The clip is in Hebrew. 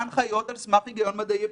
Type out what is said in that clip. בהנחיות על סמך היגיון מדעי אפידמיולוגי.